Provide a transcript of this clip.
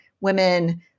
women